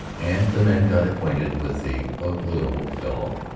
and the men got acquainted with the ugly old fellow.